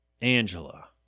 Angela